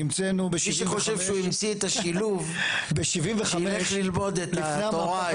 מי שחושב שהוא המציא את השילוב שילך ללמוד את התורה אצל שוסטר.